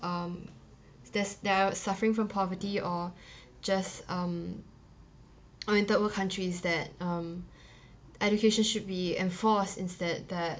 um there's they're suffering from poverty or just um I mean third world countries that um education should be enforced instead that